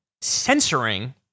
censoring